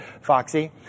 Foxy